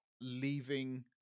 leaving